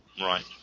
Right